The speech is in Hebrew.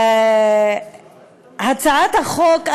הצעת החוק,